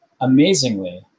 amazingly